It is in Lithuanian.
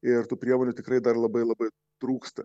ir tų priemonių tikrai dar labai labai trūksta